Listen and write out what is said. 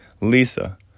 Lisa